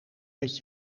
met